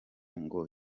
ngo